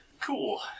Cool